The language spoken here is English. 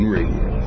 Radio